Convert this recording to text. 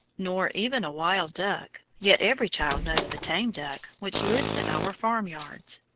nor even a wild duck yet every child knows the tame duck which lives in our farmyards.